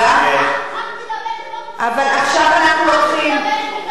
את מדברת לא כיושבת-ראש,